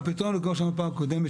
בפתרון כמו שאמרנו פעם קודמת,